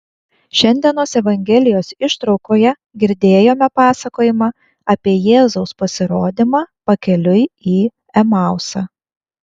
šiandienos evangelijos ištraukoje girdėjome pasakojimą apie jėzaus pasirodymą pakeliui į emausą